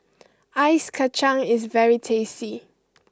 Ice Kacang is very tasty